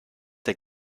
der